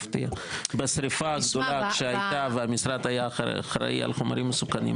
בשריפה הגדולה שהיית והמשרד היה אחראי על חומרים מסוכנים,